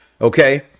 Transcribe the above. okay